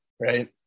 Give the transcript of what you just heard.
right